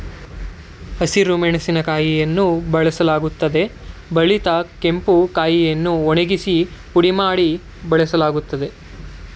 ಹಸಿರು ಮೆಣಸಿನಕಾಯಿಯನ್ನು ಬಳಸಲಾಗುತ್ತದೆ ಬಲಿತ ಕೆಂಪು ಕಾಯಿಯನ್ನು ಒಣಗಿಸಿ ಪುಡಿ ಮಾಡಿ ಬಳಸಲಾಗ್ತದೆ